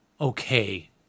okay